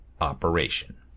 operation